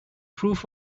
proof